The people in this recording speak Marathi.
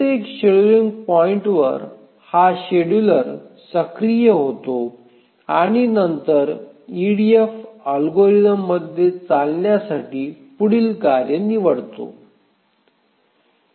प्रत्येक शेड्यूलिंग पॉईंटवर शेड्यूलर सक्रिय होतो आणि नंतर ईडीएफ अल्गोरिदममध्ये चालण्यासाठी पुढील कार्य निवडते